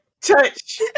Touch